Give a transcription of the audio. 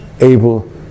able